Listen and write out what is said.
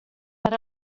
per